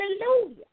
Hallelujah